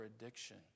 addiction